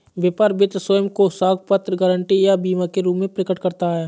व्यापार वित्त स्वयं को साख पत्र, गारंटी या बीमा के रूप में प्रकट करता है